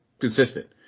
consistent